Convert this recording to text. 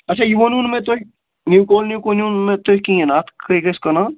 اچھا یہِ ووٚنوٕ نہٕ مےٚ تۄہہِ نِو کالنِی نِو کوٚن مےٚ تُہۍ کِہیٖنۍ اَتھ کٔہۍ گژھِ کَنال